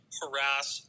harass